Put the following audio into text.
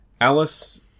Alice